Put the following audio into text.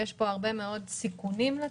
יש פה הרבה מאוד סיכונים לתחזית,